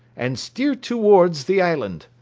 and steer towards the island.